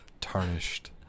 Tarnished